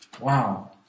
wow